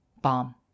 Bomb